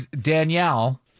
Danielle